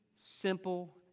simple